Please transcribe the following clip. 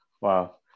Wow